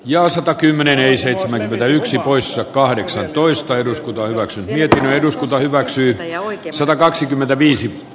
ja satakymmenen seitsemänkymmentä yksi poissa kahdeksan toista eduskunta hyväksyi hietanen eduskunta hyväksyi arvoisa puhemies